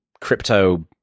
crypto